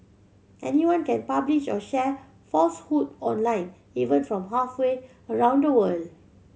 anyone can publish or share falsehood online even from halfway around the world